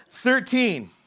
Thirteen